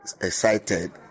excited